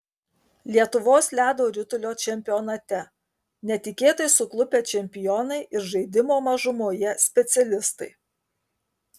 lietuvos ledo ritulio čempionate netikėtai suklupę čempionai ir žaidimo mažumoje specialistai